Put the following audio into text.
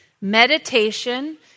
meditation